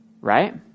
right